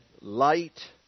light